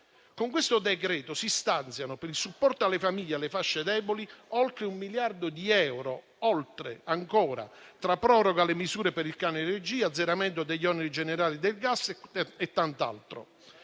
Con questo decreto-legge si stanzia, per il supporto alle famiglie e alle fasce deboli, oltre 1 miliardo di euro, tra proroga delle misure per il caro energia, azzeramento degli oneri generali del gas e tanto altro.